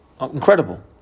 Incredible